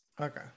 Okay